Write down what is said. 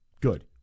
Good